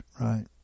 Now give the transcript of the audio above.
right